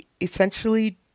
essentially